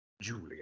Julia